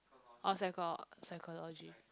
oh psycho~ psychology